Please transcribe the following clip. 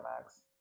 Max